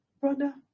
Brother